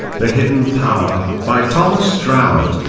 the hidden power, by thomas troward